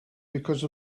because